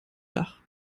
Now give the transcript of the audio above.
dach